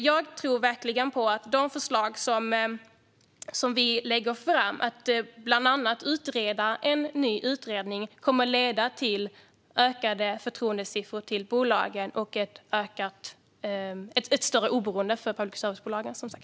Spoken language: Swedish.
Jag tror verkligen på att de förslag som vi lägger fram, om bland annat en ny utredning, kommer att leda till höjda förtroendesiffror för bolagen och att public service-bolagen får ett större oberoende.